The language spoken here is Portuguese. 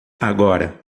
agora